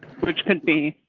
which could be